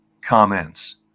comments